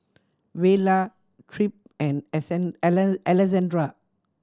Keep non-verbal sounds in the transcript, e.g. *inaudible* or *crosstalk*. Vela Tripp and *unintelligible* Alessandra